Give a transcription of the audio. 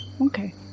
Okay